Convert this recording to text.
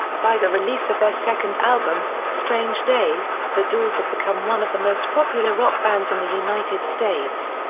by the release of their second album, strange days, the doors had become one of the most popular rock bands in the united states.